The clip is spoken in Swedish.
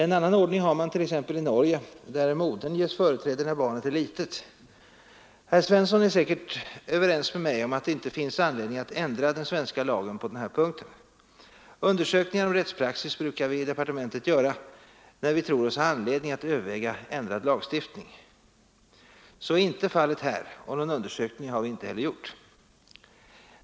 En annan ordning har man exempelvis i Norge, där modern ges företräde när barnet är litet. Herr Svensson är säkert överens med mig om att det inte finns anledning att ändra den svenska lagen på den här punkten. Undersökningar om rättspraxis brukar vi i departementet göra när vi tror oss ha anledning att överväga ändrad lagstiftning. Så är inte fallet här, och någon undersökning har vi inte heller gjort.